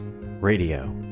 Radio